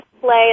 play